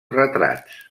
retrats